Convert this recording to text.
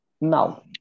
Now